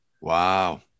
Wow